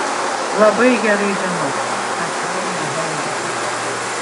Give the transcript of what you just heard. labai gerai žinau atrėmė heinrichas